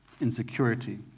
insecurity